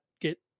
get